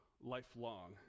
lifelong